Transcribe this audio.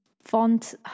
font